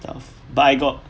stuff but I got